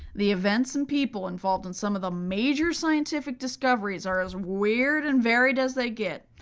the events and people involved in some of the major scientific discoveries are as weird and varied as they get.